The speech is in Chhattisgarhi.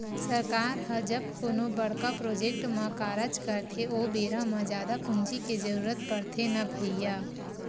सरकार ह जब कोनो बड़का प्रोजेक्ट म कारज करथे ओ बेरा म जादा पूंजी के जरुरत पड़थे न भैइया